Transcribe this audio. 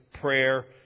prayer